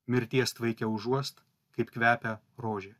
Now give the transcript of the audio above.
mirties tvaike užuost kaip kvepia rožė